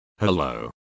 Hello